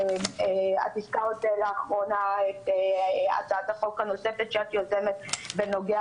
הזכרת את הצעת החוק הנוספת שאת יוזמת בנוגע